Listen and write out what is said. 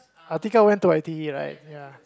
Atiqah went to I_T_E right ya